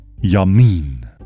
yamin